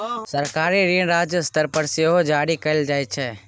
सरकारी ऋण राज्य स्तर पर सेहो जारी कएल जाइ छै